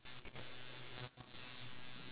okay it's a wrap